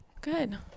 good